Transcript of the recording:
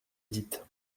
dites